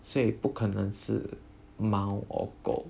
所以不可能是猫 or 狗